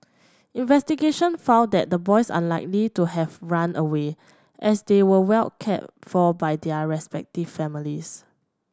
investigation found that the boys unlikely to have run away as they were well cared for by their respective families